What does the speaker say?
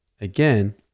again